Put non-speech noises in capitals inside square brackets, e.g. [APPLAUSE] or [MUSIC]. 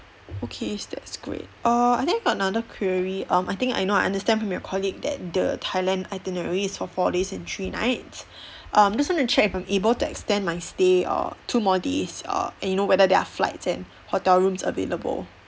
okay that's great err I think I got another query um I think I know I understand from your colleague that the thailand itinerary is for four days and three nights [BREATH] um just want to check if I'm able to extend my stay err two more days err you know whether there are flights and hotel rooms available